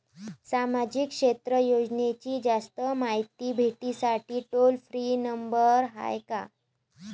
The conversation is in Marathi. सामाजिक क्षेत्र योजनेची जास्त मायती भेटासाठी टोल फ्री नंबर हाय का?